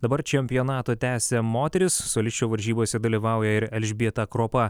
dabar čempionatą tęsia moterys solisčių varžybose dalyvauja ir elžbieta kropa